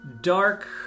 dark